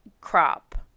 crop